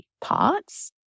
parts